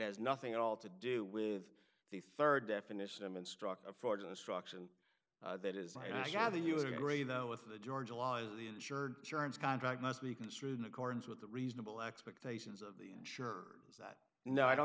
has nothing at all to do with the third definition of instruct affords instruction that is i gather you agree though with the georgia law as the insured terms contract must be construed in accordance with the reasonable expectations of the insured is that no i don't